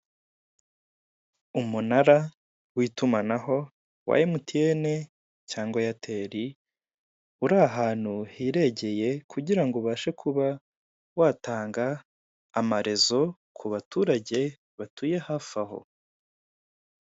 Umunara w'itumanaho wa emutiyeni cyangwa eyateri uri ahantu hiregeye kugira ngo ubashe kuba watanga amarezo kuba baturage batuye hafi aho.